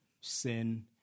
sin